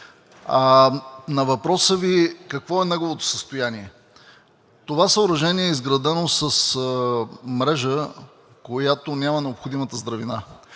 На въпроса Ви – какво е неговото състояние. Това съоръжение е изградено с мрежа, която няма необходимата здравина,